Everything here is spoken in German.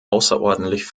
außerordentlich